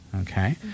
okay